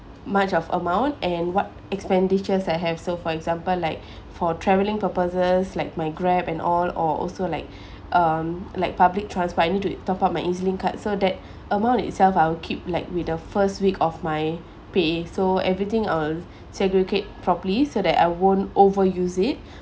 much of amount and what expenditures I have so for example like for traveling purposes like my grab and all or also like um like public transport I need to top up my E_Z link card so that amount itself I will keep like with the first week of my pay so everything I'll segregate properly so that I won't overuse it